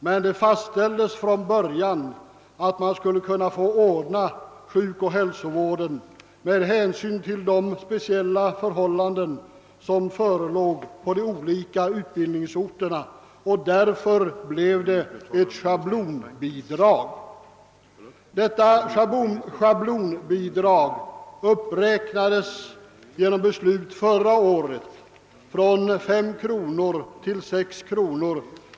Men det fastställdes från början att man skulle kunna få ordna sjukoch hälsovården med hänsyn till de speciella förhållanden som förelåg på de olika utbildningsorterna, och därför blev det ett schablonbidrag. Detta schablonbidrag uppräknades genom beslut förra året från 5 kr. till 6 kr.